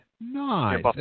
Nice